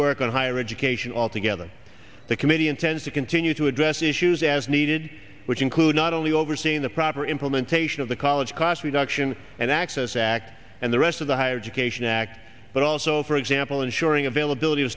work on higher education all together the committee intends to continue to address issues as needed which include not only overseeing the proper implementation of the college class with action and access act and the rest of the higher education act but also for example ensuring availability of